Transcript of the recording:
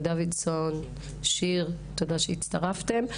חה"כ דוידסון וחה"כ שיר, תודה שהצטרפתם.